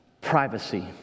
privacy